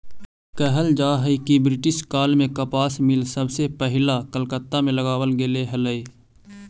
कहल जा हई कि ब्रिटिश काल में कपास मिल सबसे पहिला कलकत्ता में लगावल गेले हलई